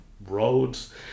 roads